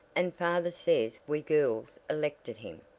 and father says we girls elected him.